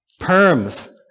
Perms